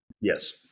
yes